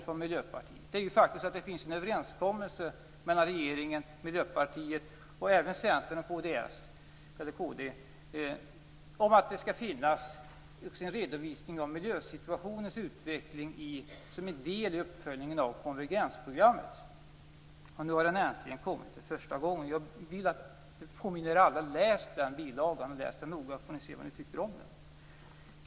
Det finns faktiskt en överenskommelse mellan regeringen och Miljöpartiet, men också med Centern och Kristdemokraterna, om att det skall finnas en redovisning av miljösituationens utveckling som en del av uppföljningen av konvergensprogrammet. Äntligen har den första redovisningen kommit. Jag påminner er alla om den bilagan. Läs den noga så får ni se vad ni tycker om den!